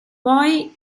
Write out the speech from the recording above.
poi